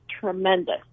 tremendous